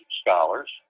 scholars